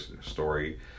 story